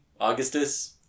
Augustus